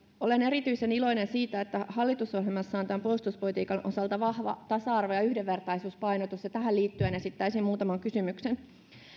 olen erityisen iloinen siitä että hallitusohjelmassa on puolustuspolitiikan osalta vahva tasa arvo ja yhdenvertaisuuspainotus ja tähän liittyen esittäisin muutaman kysymyksen